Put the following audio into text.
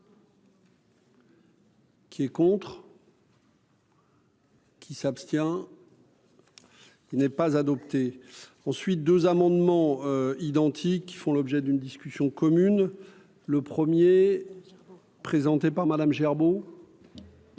Qui est contre. Qui s'abstient, il n'est pas adopté ensuite 2 amendements identiques qui font l'objet d'une discussion commune le 1er présentée par Madame Gerbaud.